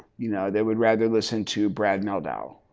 you know they would rather listen to brad mehldau.